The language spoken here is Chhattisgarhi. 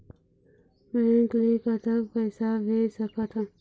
बैंक ले कतक पैसा भेज सकथन?